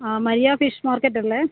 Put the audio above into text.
ആ Maria fish മാർക്കറ്റല്ലേ